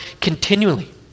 continually